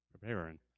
preparing